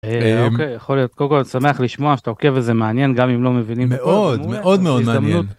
אוקיי, יכול להיות. קודם כל אני שמח לשמוע שאתה עוקב וזה מעניין גם אם לא מבינים -מאוד, מאוד מאוד מעניין. -זה הזדמנות